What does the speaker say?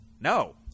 No